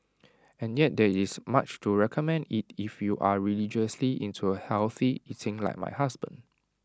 and yet there is much to recommend IT if you are religiously into A healthy eating like my husband